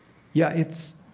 yeah, it's,